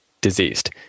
diseased